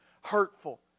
hurtful